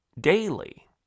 daily